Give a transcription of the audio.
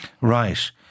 Right